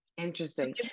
interesting